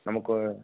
நமக்கு